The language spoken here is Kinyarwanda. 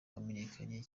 wamenyekanye